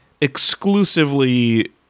exclusively